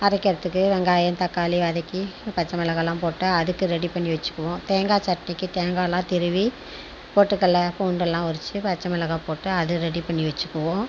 அரைக்கிறதுக்கு வெங்காயம் தக்காளி வதக்கி பச்சை மிளகாய்ல்லா போட்டு அதுக்கு ரெடி பண்ணி வச்சுக்குவோம் தேங்காய் சட்னிக்கு தேங்காய்லாம் துருவி பொட்டுக்கடல பூண்டுல்லாம் உறிச்சு பச்சை மிளகாய் போட்டு அது ரெடி பண்ணி வச்சுக்குவோம்